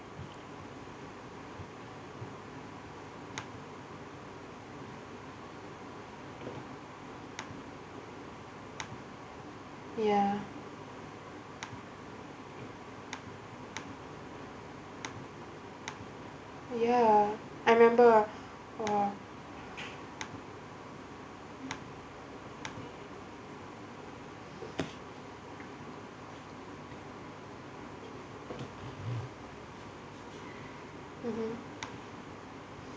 ya ya I remember uh mmhmm